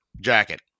Jacket